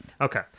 Okay